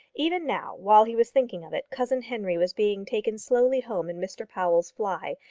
even now, while he was thinking of it, cousin henry was being taken slowly home in mr powell's fly,